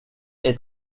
est